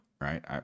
Right